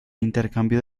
intercambio